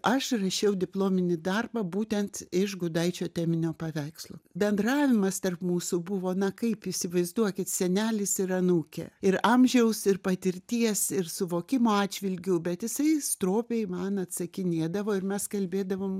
aš rašiau diplominį darbą būtent iš gudaičio teminio paveikslo bendravimas tarp mūsų buvo na kaip įsivaizduokit senelis ir anūkė ir amžiaus ir patirties ir suvokimo atžvilgiu bet jisai stropiai man atsakinėdavo ir mes kalbėdavom